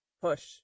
push